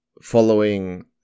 following